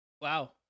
wow